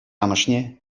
амӑшне